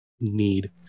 need